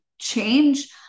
change